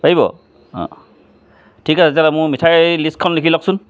পাৰিব অঁ ঠিক আছে তেতিয়াহ'লে মোৰ মিঠাই লিষ্টখন লিখি লওকচোন